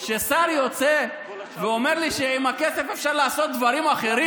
כששר יוצא ואומר לי שעם הכסף אפשר לעשות דברים אחרים,